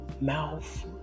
mouth